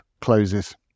closes